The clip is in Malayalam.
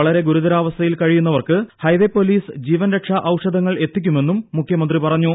വളരെ ഗുരുതരാവസ്ഥയിൽ കഴിയുന്നവർക്ക് ഹൈവേ പൊലീസ് ജീവൻ രക്ഷാ ഔഷധങ്ങൾ എത്തിക്കുമെന്നും മുഖ്യമന്ത്രി പറഞ്ഞു